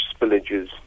spillages